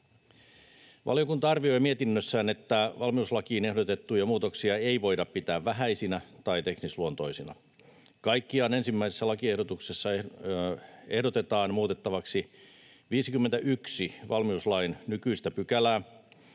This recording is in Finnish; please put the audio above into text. Valiokunta arvioi mietinnössään, että valmiuslakiin ehdotettuja muutoksia ei voida pitää vähäisinä tai teknisluontoisina. Kaikkiaan ensimmäisessä lakiehdotuksessa ehdotetaan muutettavaksi 51 valmiuslain nykyistä pykälää